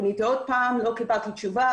פניתי שוב ולא קיבלתי תשובה.